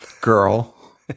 girl